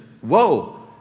whoa